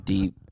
Deep